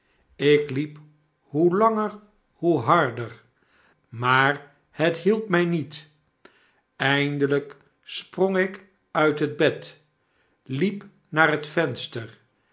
ik hep hoe langer hoe harder maar het hielp mij niet eindelijk sprong ik uit het bed liep naar het venster